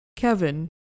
Kevin